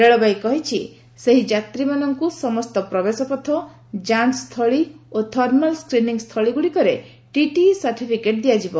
ରେଳବାଇ କହିଛି ସେହି ଯାତ୍ରୀମାନଙ୍କୁ ସମସ୍ତ ପ୍ରବେଶପଥ ଯାଞ୍ଚସ୍ଥଳୀ ଓ ଫର୍ମାଲ୍ ସ୍କ୍ରିନିଂ ସ୍ଥଳୀଗୁଡ଼ିକରେ ଟିଟିଇ ସାର୍ଟିଫିକେଟ୍ ଦିଆଯିବ